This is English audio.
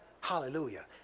Hallelujah